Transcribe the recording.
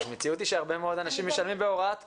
המציאות היא שהרבה מאוד אנשים משלמים בהוראת קבע.